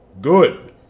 good